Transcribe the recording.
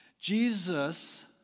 Jesus